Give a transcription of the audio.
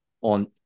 on